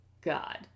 God